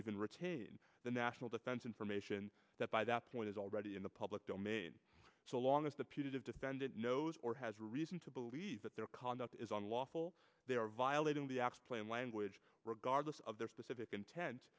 even retain the national defense information that by that point is already in the public domain so long as the putative defendant knows or has reason to believe that their conduct is unlawful they are violating the x plane language regardless of their specific intent